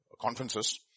conferences